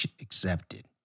accepted